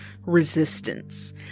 resistance